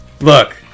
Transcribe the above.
Look